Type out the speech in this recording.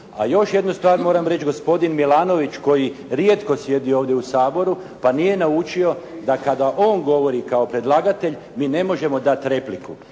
A još jednu stvar moram reći, gospodin Milanović koji rijetko sjedi ovdje u Saboru, pa nije naučio da kada on govori kao predlagatelj, mi ne možemo dati repliku.